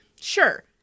sure